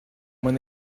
when